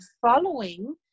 following